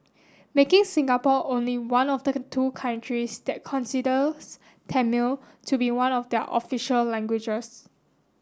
making Singapore only one of the two countries that considers Tamil to be one of their official languages